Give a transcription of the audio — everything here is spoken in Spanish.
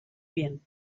bien